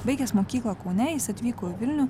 baigęs mokyklą kaune jis atvyko į vilnių